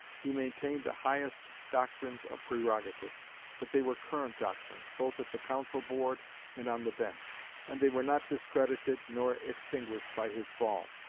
he maintained the highest doctrines of prerogative but they were current doctrines, both at the council board and on the bench and they were not discredited nor extinguished by his fall.